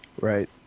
Right